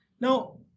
Now